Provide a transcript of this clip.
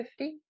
50